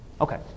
Okay